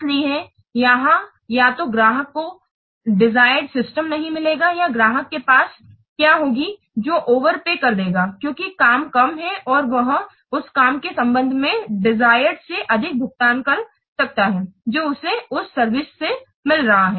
इसलिए यहां या तो ग्राहक को देसिरद सिस्टम नहीं मिलेगा या ग्राहक के पास क्या होगा जो ओवरपे कर देगा क्योंकि काम कम है और वह उस काम के संबंध में देसिरद से अधिक भुगतान कर सकता है जो उसे या उस सर्विस से मिल रहा है